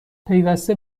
پیوسته